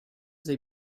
they